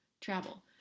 travel